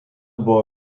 buvo